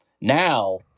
Now